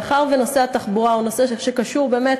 כאן: מאחר שנושא התחבורה הוא נושא שקשור באמת,